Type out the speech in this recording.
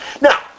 Now